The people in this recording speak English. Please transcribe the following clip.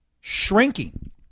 shrinking